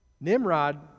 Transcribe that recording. Nimrod